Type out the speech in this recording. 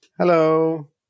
hello